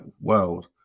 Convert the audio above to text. world